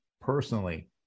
personally